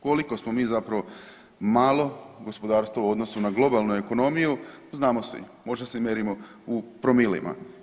Koliko smo mi zapravo malo gospodarstvo u odnosu na globalnu ekonomiju znamo svi, možda se mjerimo u promilima.